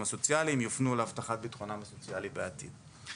הסוציאליים יופנו להבטחת ביטחונם הסוציאלי בעתיד.